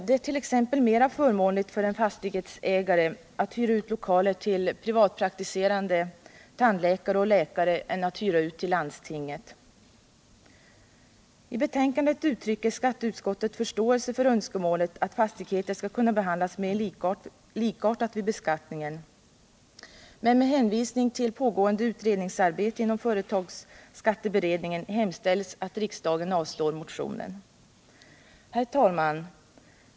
Det är t.ex. mera förmånligt för en fastighetsägare att hyra ut lokaler till privatpraktiserande tandläkare och läkare än att hyra ut till landstinget. I betänkandet uttrycker skatteutskottet förståelse för önskemålet att fastigheter skall kunna behandlas mer likartat vid beskattningen, men med hänvisning till pågående utredningsarbete inom företagsskatteberedningen hemställs att riksdagen avslår motionen. Herr talman!